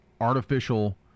artificial